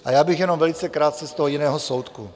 Ale já bych jenom velice krátce z toho jiného soudku.